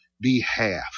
behalf